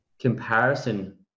comparison